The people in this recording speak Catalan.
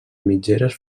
mitgeres